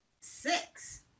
six